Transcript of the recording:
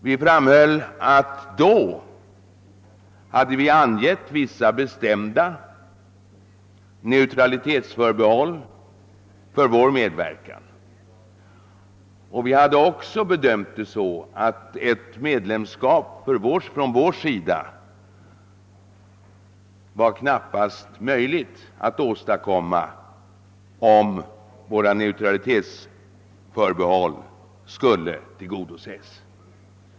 Vi framhöll att vi då hade angett vissa bestämda neutralitetsförbehåll för vår medverkan och att vi hade bedömt det så, att ett medlemskap för vår del knappast var möjligt att åstadkomma med hänsyn till våra neutralitetsförbehåll.